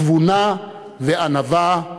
תבונה וענווה.